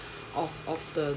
of of the